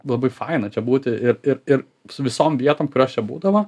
labai faina čia būti ir ir ir su visom vietom kurios čia būdavo